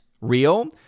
real